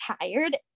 tired